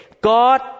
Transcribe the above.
God